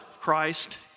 Christ